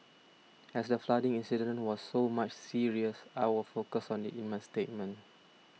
as the flooding incident was so much serious I will focus on it in my statement